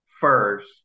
first